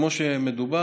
כמו שנאמר,